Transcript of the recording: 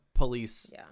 police